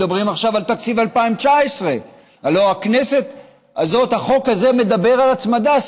מדברים עכשיו על תקציב 2019. הלוא החוק הזה מדבר על הצמדה.